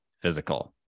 physical